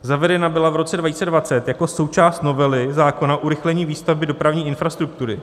Zavedena byla v roce 2020 jako součást novely zákona o urychlení výstavby dopravní infrastruktury.